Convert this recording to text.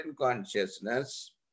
Consciousness